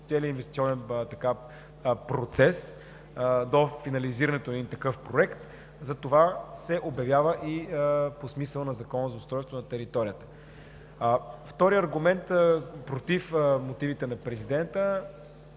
целия инвестиционен процес до финализирането на един такъв проект. Затова се обявява и по смисъла на Закона за устройство на територията. Вторият аргумент против мотивите на Президента